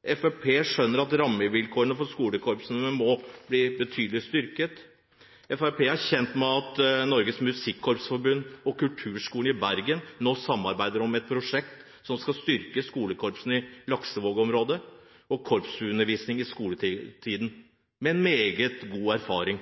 Fremskrittspartiet skjønner at rammevilkårene for skolekorpsene må bli betydelig styrket. Fremskrittspartiet er kjent med at Norges Musikkorps Forbund og Kulturskolen i Bergen nå samarbeider om et prosjekt som skal styrke skolekorpsene i Laksevåg-området og korpsundervisning i skoletiden, med meget god erfaring.